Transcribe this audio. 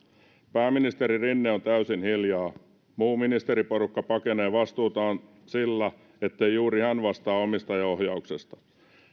pääministeri rinne on täysin hiljaa muu ministeriporukka pakenee vastuutaan sillä etteivät juuri he vastaa omistajaohjauksesta